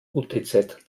utz